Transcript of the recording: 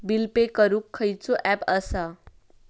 Bill pay करूक खैचो app असा?